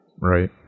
Right